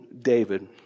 David